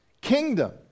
kingdom